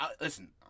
listen